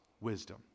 wisdom